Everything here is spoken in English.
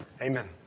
Amen